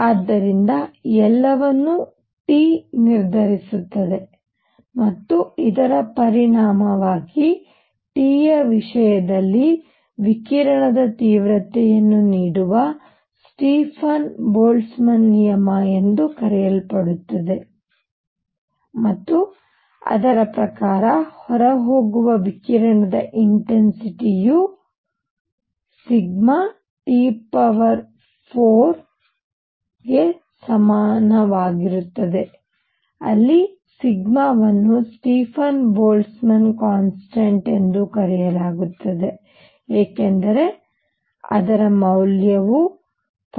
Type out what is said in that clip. ಆದ್ದರಿಂದ ಎಲ್ಲವನ್ನೂ T ನಿರ್ಧರಿಸುತ್ತದೆ ಮತ್ತು ಇದರ ಪರಿಣಾಮವಾಗಿ T ಯ ವಿಷಯದಲ್ಲಿ ವಿಕಿರಣದ ತೀವ್ರತೆಯನ್ನು ನೀಡುವ ಸ್ಟೀಫನ್ ಬೋಲ್ಟ್ಜ್ಮನ್ ನಿಯಮ ಎಂದು ಕರೆಯಲ್ಪಡುತ್ತದೆ ಮತ್ತು ಅದರ ಪ್ರಕಾರ ಹೊರಹೋಗುವ ವಿಕಿರಣದ ಇನ್ಟೆನ್ಸಿಟಿಯು T4 ಗೆ ಸಮಾನವಾಗಿರುತ್ತದೆ ಅಲ್ಲಿ ಸಿಗ್ಮಾವನ್ನು ಸ್ಟೀಫನ್ ಬೋಲ್ಟ್ಜ್ಮನ್ ಕಾನ್ಸ್ಟೆಂಟ್ ಎಂದು ಕರೆಯಲಾಗುತ್ತದೆ ಏಕೆಂದರೆ ಅದರ ಮೌಲ್ಯವು 5